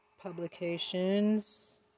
publications